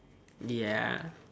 ya